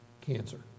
cancer